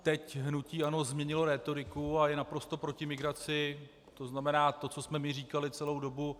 Teď hnutí ANO změnilo rétoriku a je naprosto proti migraci, to znamená to, co jsme my říkali celou dobu.